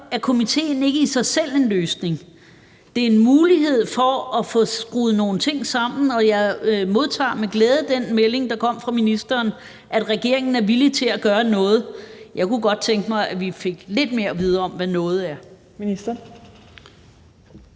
er komitéen ikke i sig selv en løsning. Det er en mulighed for at få skruet nogle ting sammen, og jeg modtager med glæde den melding, der kommer fra ministeren, om, at regeringen er villig til at gøre noget. Jeg kunne godt tænke mig, at vi fik lidt mere at vide om, hvad »noget« er.